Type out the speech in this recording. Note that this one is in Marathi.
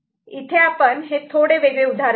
इथे आपण हे थोडे वेगळे उदाहरण घेऊ